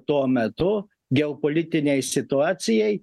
tuo metu geopolitinei situacijai